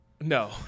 No